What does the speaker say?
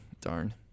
darn